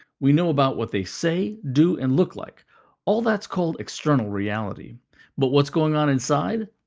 we know about what they say, do, and look like all that's called external reality but what's going on inside?